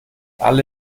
alle